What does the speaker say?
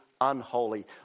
unholy